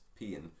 peeing